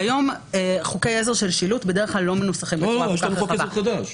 והיום חוקי עזר של שילוט בדרך כלל לא מנוסחים בצורה כל כך רחבה.